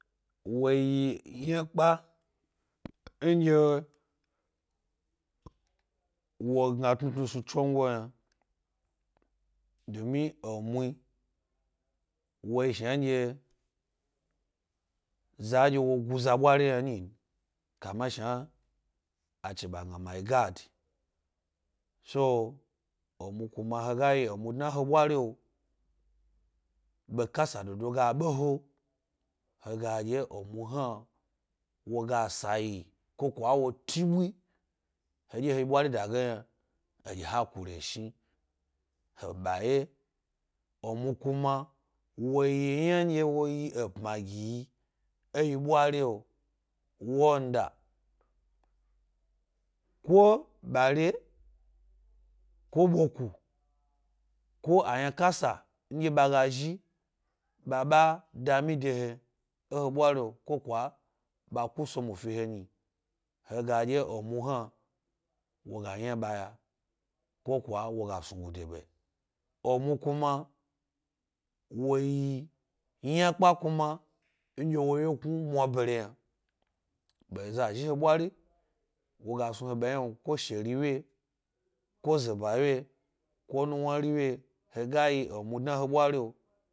Wo yi myapka ndye wo gria tnunusnu chego yna domi enu wo yi shnansye za dye gu za bwari yna n kama shna ache ɓa gna god. So kuma he ga yi enu dna he ɓwari o, ɓe kasa dodo ga be he, he gaɗye emu hna wo ga sawye ko kwa wo tibui hesye he yi ɓwaye emu kuma wo yi yna nɛye wo yi epma g iyi e. yi bwari o. wanda, ko bare, ko soku ko ayna kasa nɗye ɓa ga zhi ɓa-ɓa dami de he e he ɓwario, ko kwa ɓa ku somwa fi he ni he ga dye emu hna wo gayna ɓa ya, ko kwa wo ga snugu de ɓa yi. Enu kuma wo yi ynapka kuma ndye wo wyeknu mwabere yna, wo ɗye za zhi he ɓwariwoga smi wo ɓeynawnu, ko sheri wye, ko zeba wye, ko nuwnari wye, he ga yi emu fi he ɓwario.